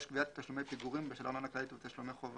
(3) גביית תשלומי פיגורים בשל ארנונה כללית ותשלומי חובה,